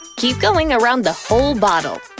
keep going around the whole bottle.